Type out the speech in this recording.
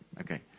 Okay